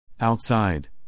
Outside